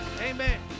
Amen